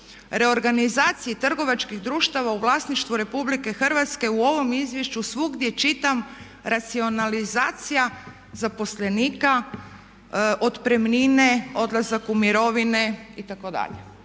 reorganizaciji trgovačkih društava u vlasništvu RH u ovom izvješću svugdje čitam racionalizacija zaposlenika, otpremnine, odlazak u mirovine itd.